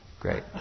great